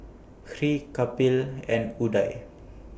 Hri Kapil and Udai